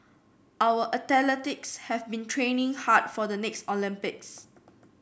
our have been training hard for the next Olympics